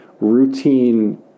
routine